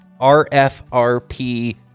RFRP